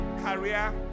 career